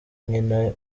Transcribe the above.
nyina